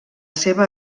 seva